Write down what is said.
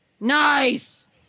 Nice